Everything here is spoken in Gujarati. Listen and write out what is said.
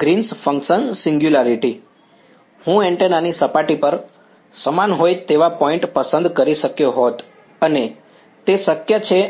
Green's function green's function singularity હું એન્ટેના ની સપાટી પર સમાન હોય તેવા પોઈન્ટ પસંદ કરી શક્યો હોત અને તે શક્ય છે